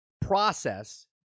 process